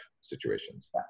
situations